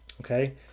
okay